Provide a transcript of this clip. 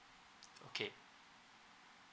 okay